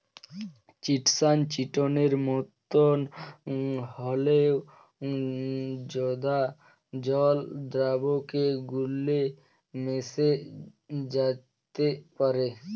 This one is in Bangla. চিটসান চিটনের মতন হঁল্যেও জঁদা জল দ্রাবকে গুল্যে মেশ্যে যাত্যে পারে